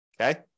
Okay